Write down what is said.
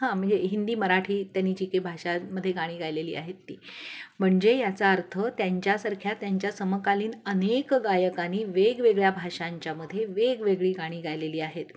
हां म्हणजे हिंदी मराठी त्यांनी जी काय भाषांमध्ये गाणी गालेली आहेत ती म्हणजे याचा अर्थ त्यांच्यासारख्या त्यांच्या समकालीन अनेक गायकांनी वेगवेगळ्या भाषांच्यामध्ये वेगवेगळी गाणी गायलेली आहेत